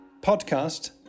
podcast